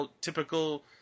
typical